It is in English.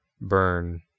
burn